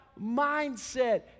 mindset